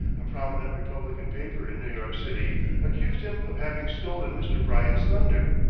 a prominent republican paper in new york city accused him of having stolen mr. bryan's thunder,